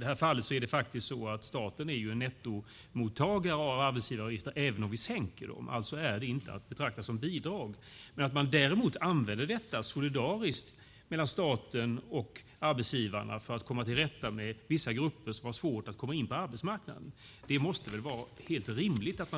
detta fall är staten nettomottagare av arbetsgivaravgifterna även om vi sänker dem. Alltså är det inte att betrakta som bidrag. Att man däremot använder det solidariskt mellan staten och arbetsgivarna för att komma till rätta med vissa grupper som har svårt att komma in på arbetsmarknaden är helt rimligt.